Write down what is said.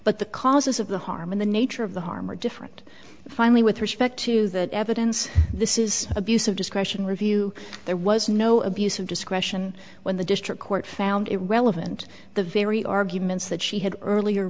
but the cost the harm in the nature of the harm are different finally with respect to that evidence this is abuse of discretion review there was no abuse of discretion when the district court found it relevant the very arguments that she had earlier